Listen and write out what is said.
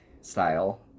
style